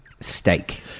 steak